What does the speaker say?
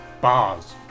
Bars